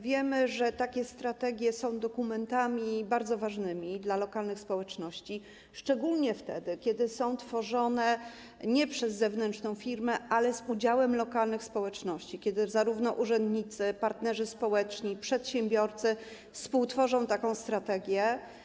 Wiemy, że takie strategie są dokumentami bardzo ważnymi dla lokalnych społeczności, szczególnie wtedy, kiedy są tworzone nie przez zewnętrzną firmę, ale z udziałem lokalnych społeczności, kiedy zarówno urzędnicy, jak i partnerzy społeczni, przedsiębiorcy współtworzą takie strategie.